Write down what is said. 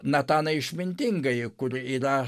nataną išmintingąjį kur yra